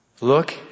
Look